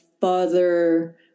father